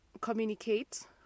communicate